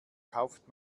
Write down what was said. kauft